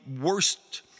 worst